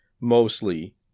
mostly